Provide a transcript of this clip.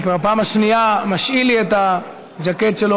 שכבר בפעם השנייה משאיל לי את הז'קט שלו.